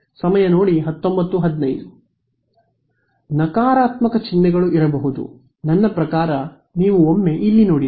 ವಿದ್ಯಾರ್ಥಿ ನಕಾರಾತ್ಮಕ ಚಿಹ್ನೆಗಳು ಇರಬಹುದು ನನ್ನ ಪ್ರಕಾರ ನೀವು ಒಮ್ಮೆ ಇಲ್ಲಿ ನೋಡಿರಿ